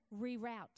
reroute